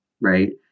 right